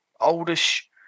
oldish